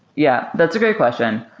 yeah, that's a great question.